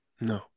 no